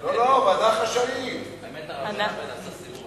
לא, חייבים לוועדת המשנה אחר כך.